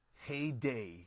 heyday